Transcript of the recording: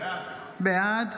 בעד